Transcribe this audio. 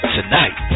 Tonight